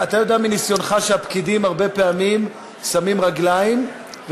אתה יודע מניסיונך שהפקידים הרבה פעמים שמים רגליים.